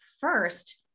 first